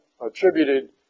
attributed